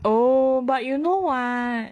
oh but you know [what]